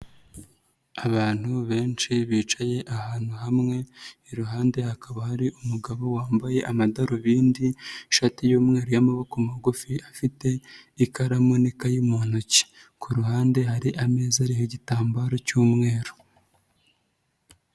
Abantu benshi bicaye ahantu hamwe iruhande hakaba hari umugabo wambaye amadarubindi, ishati y'umweru y'amaboko magufi, afite ikaramu n'ikayi mu ntoki, ku ruhande hari ameza ariho igitambaro cy'umweru.